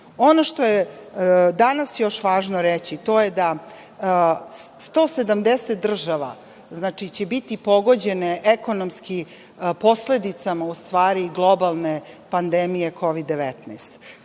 što je danas još važno reći, to je da će 170 država biti pogođene ekonomski posledicama, u stvari, globalne pandemije COVID-19.